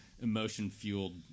emotion-fueled